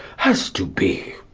as to be